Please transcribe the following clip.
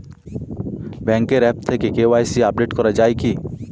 ব্যাঙ্কের আ্যপ থেকে KYC update করা যায় কি?